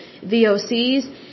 VOCs